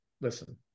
listen